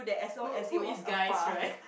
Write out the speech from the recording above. who who is guys right